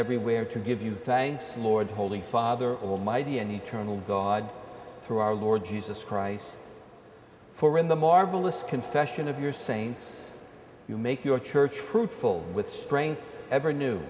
everywhere to give you thanks lord holy father almighty and eternal god through our lord jesus christ for in the marvelous confession of your sane you make your church fruitful with strength ever new